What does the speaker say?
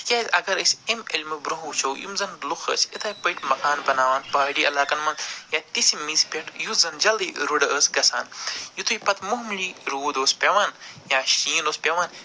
تِکیٛازِ اگر أسۍ امہِ علمہٕ برٛونٛہہ وٕچھو یِم زن لُکھ ٲسۍ یَتھَے پٲٹھۍ مکان بناوان پہاڑی علاقن منٛز یا تِژھِ مِژِ پٮ۪ٹھ یُس زن جلدی رُڈٕ ٲسۍ گَژھان یُتھٕے پتہٕ مہمولی روٗد اوس پٮ۪وان یا شیٖن اوس پٮ۪وان